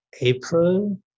April